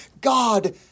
God